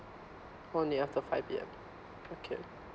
only after five P_M okay